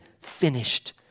finished